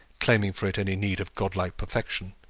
claiming for it any meed of godlike perfection.